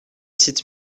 sites